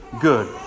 good